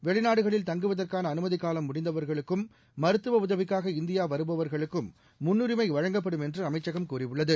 வெளிநாடுகளில் தங்குதவதற்கான அனுமதிகாவம் முடிந்தவர்களுக்கும் மருத்துவ உதவிக்காக இந்தியா வருபவா்களுக்கும் முன்னுரிமை வழங்கப்படும் என்று அமைச்சகம் கூறியுள்ளது